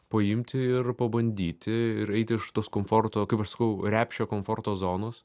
paimti ir pabandyti ir eiti iš tos komforto kaip aš sakau repšio komforto zonos